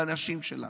בנשים שלנו.